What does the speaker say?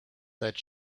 that